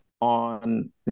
on